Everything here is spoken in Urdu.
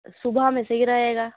صبح میں صحیح رہے گا